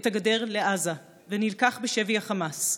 את הגדר לעזה ונלקח בשבי החמאס.